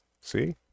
See